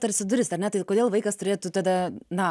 tarsi duris ar ne tai kodėl vaikas turėtų tada na